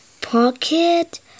pocket